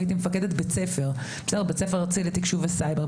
הייתי מפקדת בית-ספר ארצי לתקשוב וסייבר.